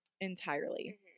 entirely